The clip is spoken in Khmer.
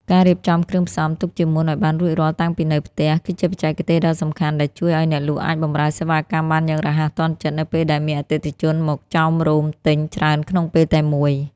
ការរៀបចំគ្រឿងផ្សំទុកជាមុនឱ្យបានរួចរាល់តាំងពីនៅផ្ទះ គឺជាបច្ចេកទេសដ៏សំខាន់ដែលជួយឱ្យអ្នកលក់អាចបម្រើសេវាកម្មបានយ៉ាងរហ័សទាន់ចិត្តនៅពេលដែលមានអតិថិជនមកចោមរោមទិញច្រើនក្នុងពេលតែមួយ។